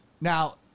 Now